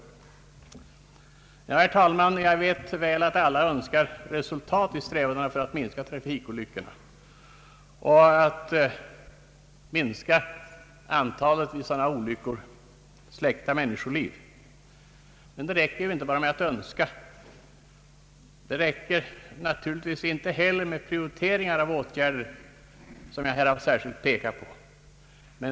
Ja, herr talman, jag vet så väl att alla önskar resultat i strävandena att minska trafikolyckorna och antalet släckta människoliv vid sådana. Men det räcker inte bara med att önska. Det räcker naturligtvis inte heller med prioriteringar av de åtgärder som jag här särskilt har pekat på.